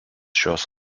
šios